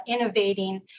innovating